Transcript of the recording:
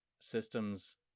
systems